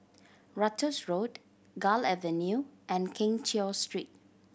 Ratus Road Gul Avenue and Keng Cheow Street